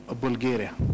Bulgaria